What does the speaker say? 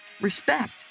respect